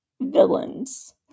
villains